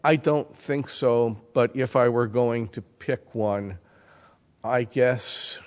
i don't think so but if i were going to pick one i guess